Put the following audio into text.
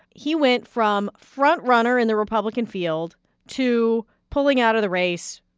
he went from frontrunner in the republican field to pulling out of the race,